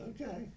Okay